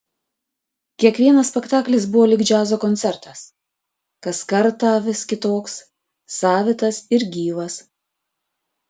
kiekvienas spektaklis buvo lyg džiazo koncertas kas kartą vis kitoks savitas ir gyvas